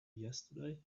yesterday